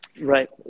Right